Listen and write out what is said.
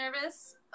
nervous